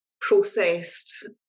processed